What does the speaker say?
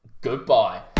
goodbye